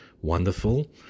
wonderful